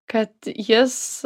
kad jis